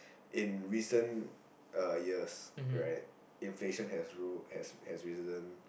in recent uh years right inflation has ruled has has risen